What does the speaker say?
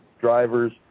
drivers